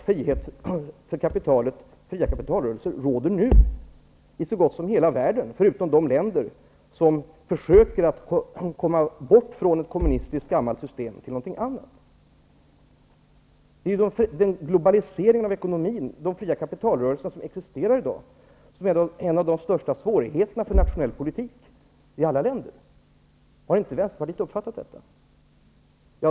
Fria kapitalrörelser råder nu i så gott som hela världen, förutom i de länder som försöker att komma bort från ett kommunistiskt, gammalt system till någonting annat. Globaliseringen av ekonomin, de fria kapitalrörelser som existerar i dag, är en av de största svårigheterna för nationell politik i alla länder. Har inte Vänsterpartiet uppfattat detta?